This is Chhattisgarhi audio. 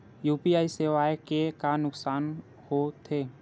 यू.पी.आई सेवाएं के का नुकसान हो थे?